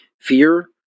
Fear